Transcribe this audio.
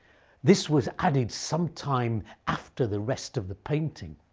this was added sometime after the rest of the painting.